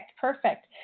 Perfect